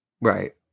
Right